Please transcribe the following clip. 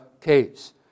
case